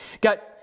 got